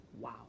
wow